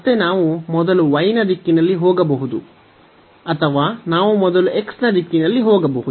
ಮತ್ತೆ ನಾವು ಮೊದಲು y ನ ದಿಕ್ಕಿನಲ್ಲಿ ಹೋಗಬಹುದು ಅಥವಾ ನಾವು ಮೊದಲು x ನ ದಿಕ್ಕಿನಲ್ಲಿ ಹೋಗಬಹುದು